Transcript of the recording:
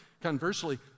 conversely